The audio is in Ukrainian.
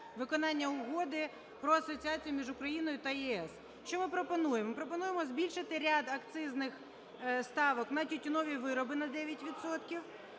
виконання Угоди про асоціацію між Україною та ЄС. Що ми пропонуємо? Ми пропонуємо збільшити ряд акцизних ставок на тютюнові вироби – на 9